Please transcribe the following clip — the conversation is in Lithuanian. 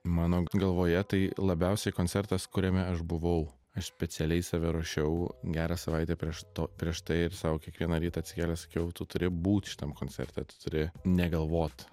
mano galvoje tai labiausiai koncertas kuriame aš buvau aš specialiai save ruošiau gerą savaitę prieš to prieš tai ir sau kiekvieną rytą atsikėlęs sakiau tu turi būt šitam koncerte tu turi negalvot